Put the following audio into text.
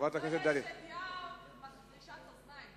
חברת הכנסת, יש ידיעה מחרישת אוזניים